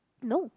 no